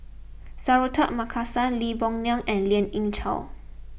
Suratman Markasan Lee Boon Ngan and Lien Ying Chow